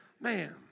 Man